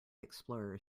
explorer